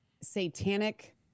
satanic